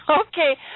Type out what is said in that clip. Okay